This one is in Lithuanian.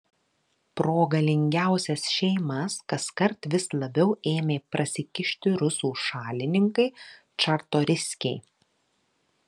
pro galingiausias šeimas kaskart vis labiau ėmė prasikišti rusų šalininkai čartoriskiai